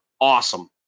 awesome